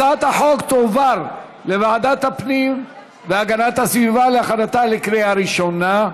הצעת החוק תועבר לוועדת הפנים והגנת הסביבה להכנתה לקריאה ראשונה.